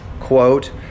quote